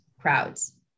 crowds